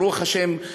ברוך השם,